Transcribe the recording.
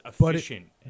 efficient